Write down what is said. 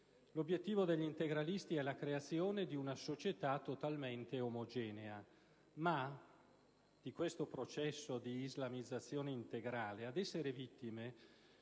L'obiettivo degli integralisti è la creazione di una società totalmente omogenea, ma di questo processo di islamizzazione integrale ad essere vittime